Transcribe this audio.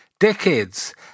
decades